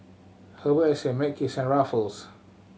Herbal Essence Mackays and Ruffles